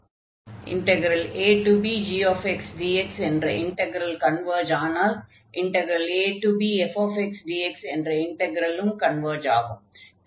abgxdx என்ற integral converge ஆனால் abfxdx என்ற இன்டக்ரலும் கன்வர்ஜ் ஆகும்